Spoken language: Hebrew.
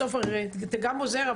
סופר אתה גם עוזר,